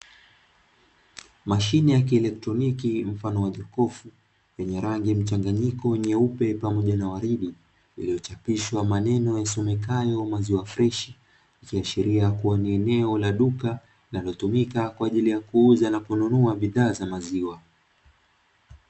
Mashine ya kielektroniki mfano wa jokofu, yenye rangi mchangayiko nyeupe pamoja na waridi. Iliyochapishwa maneno yasomekayo “Maziwa Fresh”, ikiashiria kuwa ni eneo la duka linalotumika kwaajili ya kuuza na kununua bidhaa za maziwa.